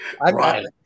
Right